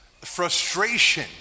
Frustration